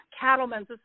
Cattlemen's